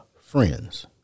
friends